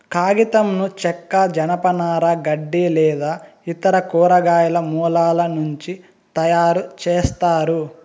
కాగితంను చెక్క, జనపనార, గడ్డి లేదా ఇతర కూరగాయల మూలాల నుంచి తయారుచేస్తారు